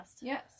Yes